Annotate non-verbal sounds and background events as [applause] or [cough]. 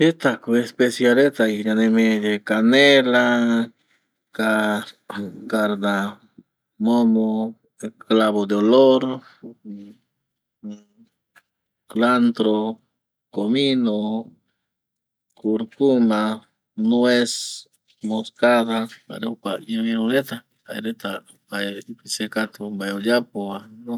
Jeta ko especia reta vi ñanemiari yave canela, [hesitation] cardamomo, clavo de olor, culantro, comino, kurkuma, noes, moscada jare jokua iru iru reta jae reta mbae ipise katu ome oyapo va no